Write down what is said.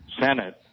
Senate